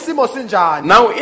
Now